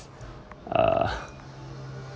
err